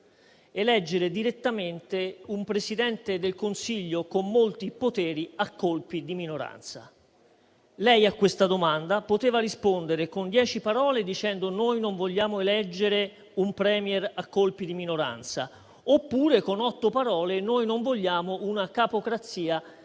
eleggere direttamente un Presidente del Consiglio con molti poteri a colpi di minoranza. Lei a questa domanda poteva rispondere con dieci parole dicendo: noi non vogliamo eleggere un *Premier* a colpi di minoranza. Oppure poteva rispondere con sette parole: noi non vogliamo una capocrazia